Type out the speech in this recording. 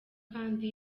kandi